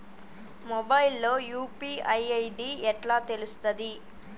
Mobile లో UPI ID ఎట్లా తెలుస్తది?